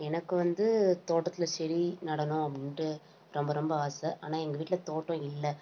எனக்கு வந்து தோட்டத்தில் செடி நடணும் அப்படின்டு ரொம்ப ரொம்ப ஆசை ஆனால் எங்கள் வீட்டில் தோட்டம் இல்லை